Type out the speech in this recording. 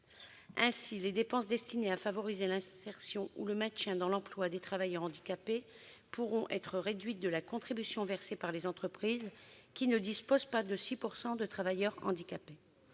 Ainsi, les dépenses destinées à favoriser l'insertion ou le maintien dans l'emploi des travailleurs handicapés pourront être déduites de la contribution versée par les entreprises qui ne disposent pas de 6 % de travailleurs handicapés.